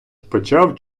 почав